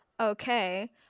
Okay